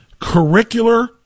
Curricular